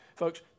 Folks